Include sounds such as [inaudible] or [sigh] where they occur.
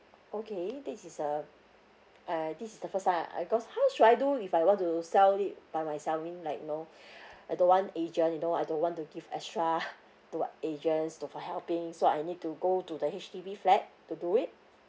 okay this is the uh this is the first time I I because how should I do if I want to sell it by myself I mean like you know I don't want agent you know I don't want to give extra [laughs] to agents to for helping so I need to go to the H_D_B flat to do it